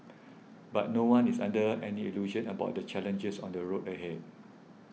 but no one is under any illusion about the challenges on the road ahead